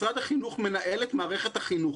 משרד החינוך מנהל את מערכת החינוך.